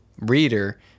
reader